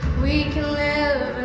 we live